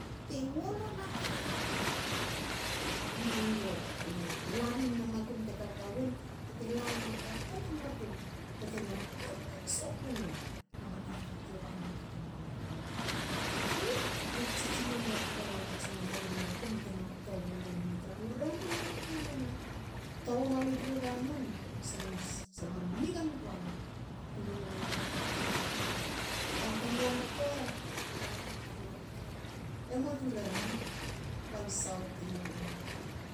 Tru nineteen seventy five. tu hatani yaku tu hola pigi miaku e mama bre papa. tsinar ne tamar tu hatani siaku hatati tar u grade one. Lamu kansiwi wakunai tina tru skul ti gmi i yagama praimari skul. kominiti skul. Tu hataninsi waku imam nen tu terko waku alamu kawi rabol. pape kawa tru dem skul i gaulim balam te kanum kba lamu u pan hmanasma balam te la puts mi bogenville. balam tme sabla num. Aku mlo kapan hmanasma lamu na hataninsi wi wakunai tum balam te lalol mli nagovis balam te lalol mli buin. balam tme tskun num i solso. balam te laputs mi lmanmanu. laputs lol mli solso i gagan. bte lalolmi hahalis. tu hakpa tni yaku u skul tar hatati tar bakte ton lalol gmi hutjena. tumu katna waku tru u hais skul tum bakte hakpa ngi baktena kangi han. Ba a a boss a tson mam mam tru lotu e bishop mathew beaso. tsi e rangatna le katsin lanmime? Le katsin lanmi nesing kolits? Tsi ale katsin lan